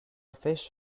fish